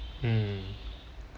mm